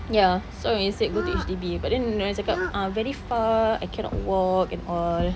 ya so I said go to H_D_B but then dorang cakap ah very far I cannot walk and all